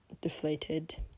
deflated